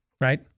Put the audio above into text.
Right